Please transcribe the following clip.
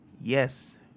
yes